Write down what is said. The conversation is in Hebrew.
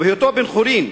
בהיותו בן-חורין,